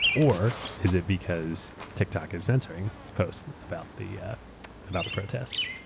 or is it because tiktok is censoring post about the yeah about the protest?